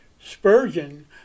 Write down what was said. Spurgeon